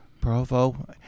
Provo